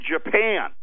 Japan